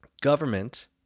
government